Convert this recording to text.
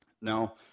Now